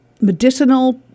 medicinal